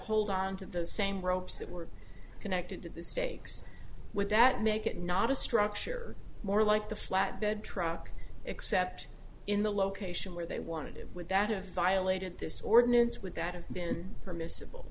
hold on to the same ropes that were connected to the stakes would that make it not a structure more like the flat bed truck except in the location where they want to deal with that if violated this ordinance would that have been permissible